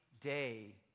day